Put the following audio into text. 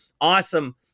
awesome